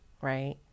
right